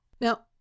Now